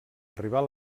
arribar